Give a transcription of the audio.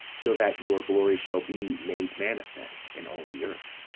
so that your glory shall be made manifest in all the earth.